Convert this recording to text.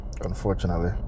unfortunately